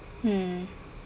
mm